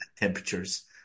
temperatures